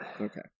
okay